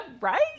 right